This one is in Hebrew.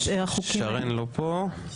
שרן לא פה.